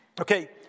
Okay